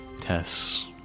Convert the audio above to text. tests